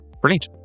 Brilliant